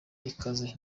ikaze